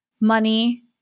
money